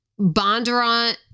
Bondurant